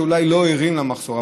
שאולי לא ערים למחסור.